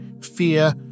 fear